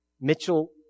Mitchell